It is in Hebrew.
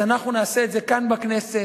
אז אנחנו נעשה את זה כאן בכנסת,